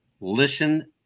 listen